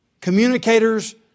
communicators